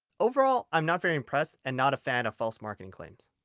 overall i'm not very impressed and not a fan of false marking claims.